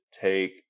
take